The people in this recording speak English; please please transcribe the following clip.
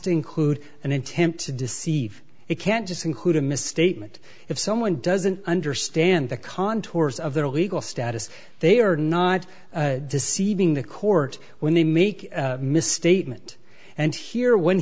to include an intent to deceive it can't just include a misstatement if someone doesn't understand the contours of their legal status they are not deceiving the court when they make misstatement and here when